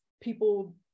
people